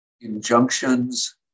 injunctions